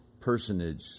personage